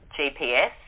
GPS